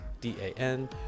D-A-N